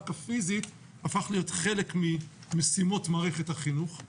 הפיזית הפך להיות חלק ממשימות מערכת החינוך.